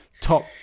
top